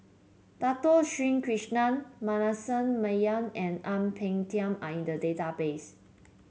Dato Sri Krishna Manasseh Meyer and Ang Peng Tiam are in the database